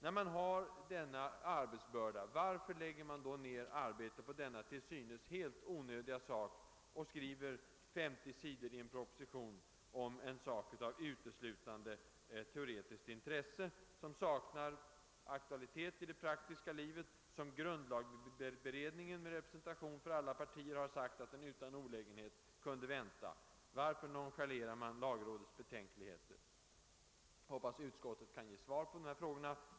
När man har en sådan arbetsbörda, varför lägger man då ned arbete på denna till synes helt onödiga sak och skriver 50 sidor i en proposition om någonting som uteslutande är av teoretiskt intresse, som saknar aktualitet i det praktiska livet och om vilket grundlagberedningen har sagt att det utan olägenhet kan vänta? Varför nonchalerar man lagrådets betänkligheter? Jag hoppas att utskottet kan ge svar på de här frågorna.